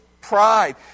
pride